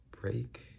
break